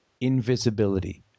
invisibility